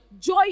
joy